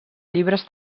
llibres